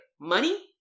Money